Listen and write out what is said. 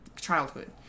childhood